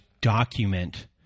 document